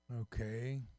Okay